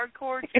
Hardcore